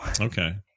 Okay